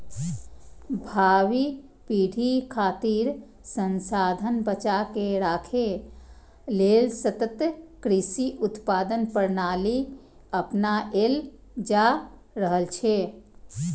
भावी पीढ़ी खातिर संसाधन बचाके राखै लेल सतत कृषि उत्पादन प्रणाली अपनाएल जा रहल छै